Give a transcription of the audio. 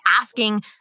asking